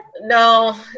no